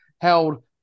held